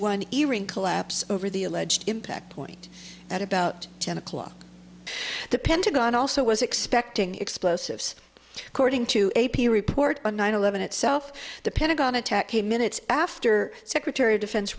one earing collapse over the alleged impact point at about ten o'clock the pentagon also was expecting explosives according to a p report on nine eleven itself the pentagon attack came minutes after secretary of defense